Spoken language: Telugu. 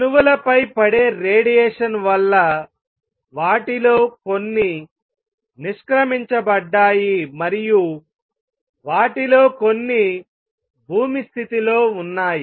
అణువులపై పడే రేడియేషన్ వల్ల వాటిలో కొన్ని నిష్క్రమించబడ్డాయి మరియు వాటిలో కొన్ని భూమి స్థితిలో ఉన్నాయి